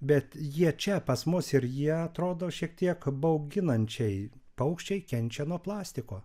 bet jie čia pas mus ir jie atrodo šiek tiek bauginančiai paukščiai kenčia nuo plastiko